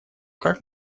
как